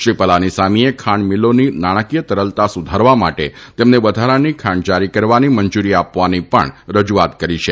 શ્રી પલાની સામીએ ખાંડ મીલોની નાણાકીય તરલતા સુધારવા માટે તેમને વધારાની ખાંડ જારી કરવાની મંજુરી આપવાની પણ રજુઆત કરી છે